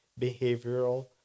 behavioral